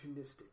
opportunistic